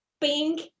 pink